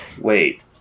Wait